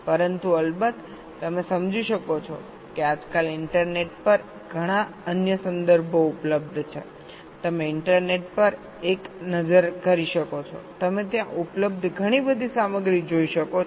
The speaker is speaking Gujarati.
પરંતુ અલબત્ત તમે સમજી શકો છો કે આજકાલ ઇન્ટરનેટ પર ઘણા અન્ય સંદર્ભો ઉપલબ્ધ છે તમે ઇન્ટરનેટ પર એક નજર કરી શકો છો તમે ત્યાં ઉપલબ્ધ ઘણી બધી સામગ્રી જોઈ શકો છો